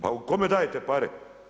Pa kome dajte pare?